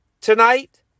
tonight